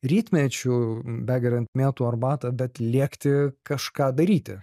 rytmečiu begeriant mėtų arbatą bet lėkti kažką daryti